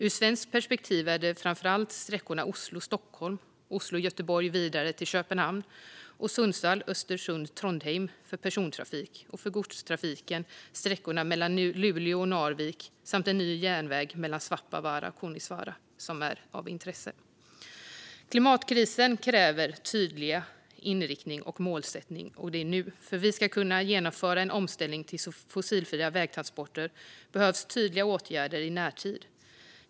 Ur svenskt perspektiv är det framför allt sträckorna Oslo-Stockholm, Oslo-Göteborg och vidare till Köpenhamn samt Sundsvall-Östersund-Trondheim för persontrafiken, och för godstrafiken sträckan mellan Luleå och Narvik samt en ny järnväg mellan Svappavaara och Kaunisvaara som är av intresse. Klimatkrisen kräver tydlig inriktning och målsättning nu. För att vi ska kunna genomföra en omställning till fossilfria vägtransporter behövs tydliga åtgärder i närtid.